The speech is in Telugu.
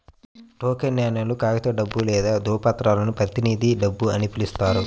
టోకెన్ నాణేలు, కాగితపు డబ్బు లేదా ధ్రువపత్రాలను ప్రతినిధి డబ్బు అని పిలుస్తారు